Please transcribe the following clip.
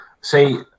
See